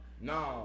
No